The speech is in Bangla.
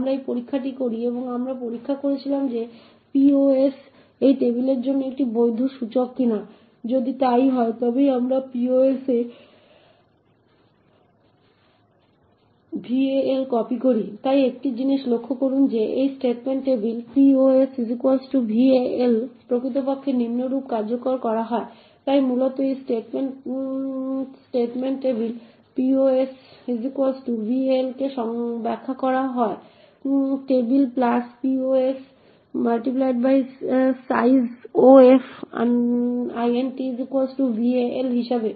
আমরা এই পরীক্ষাটি করি এবং আমরা পরীক্ষা করেছিলাম যে pos এই টেবিলের জন্য একটি বৈধ সূচক কিনা যদি তাই হয় তবেই আমরা pos এ val কপি করি তাই একটি জিনিস লক্ষ্য করুন যে এই স্টেটমেন্ট টেবিল pos val প্রকৃতপক্ষে নিম্নরূপ কার্যকর করা হয় তাই মূলত এই স্টেটমেন্ট টেবিলpos val কে ব্যাখ্যা করা হয় table pos sizeof val হিসাবে